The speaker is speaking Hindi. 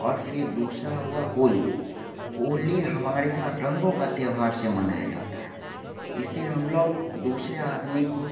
और से दूसरा हुआ होली होली हमारे रंगों का त्योहार से मनाया जाता है इस दिन हम लोग दूसरे आदमी को